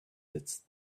hits